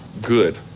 good